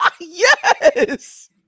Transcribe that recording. Yes